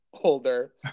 older